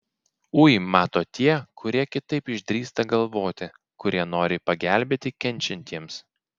ui mato tie kurie kitaip išdrįsta galvoti kurie nori pagelbėti kenčiantiems